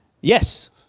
Yes